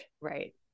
right